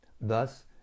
Thus